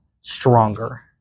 stronger